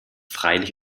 freilich